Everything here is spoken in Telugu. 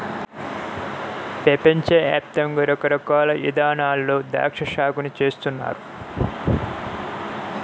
పెపంచ యాప్తంగా రకరకాల ఇదానాల్లో ద్రాక్షా సాగుని చేస్తున్నారు